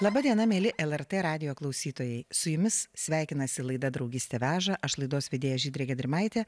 laba diena mieli lrt radijo klausytojai su jumis sveikinasi laida draugystė veža aš laidos vedėja žydrė gedrimaitė